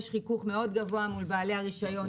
יש חיכוך מאוד גבוה מול בעלי הרישיון,